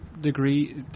degree